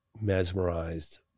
mesmerized